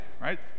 Right